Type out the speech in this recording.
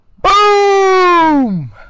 Boom